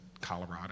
Colorado